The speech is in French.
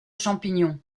champignons